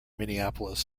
minneapolis